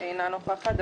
אינה נוכחת.